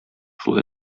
шул